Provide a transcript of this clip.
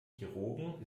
chirurgen